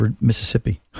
Mississippi